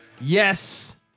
Yes